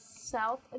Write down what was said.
south